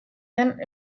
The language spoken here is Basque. den